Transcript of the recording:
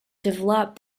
developed